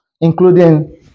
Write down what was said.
including